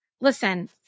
Listen